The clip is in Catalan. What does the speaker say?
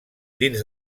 dins